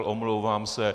Omlouvám se.